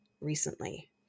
recently